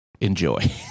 enjoy